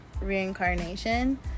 reincarnation